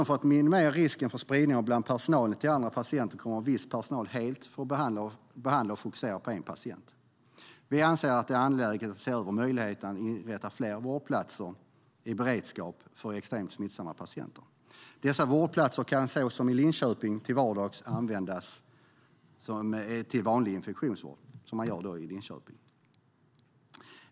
För att minimera risken för spridning från personal till andra patienter kommer dessutom viss personal att helt få behandla och fokusera på en patient. Vi anser att det är angeläget att se över möjligheterna att inrätta fler vårdplatser, som en beredskap för extremt smittsamma patienter. Dessa vårdplatser kan till vardags användas för vanlig infektionsvård, så som man gör i Linköping.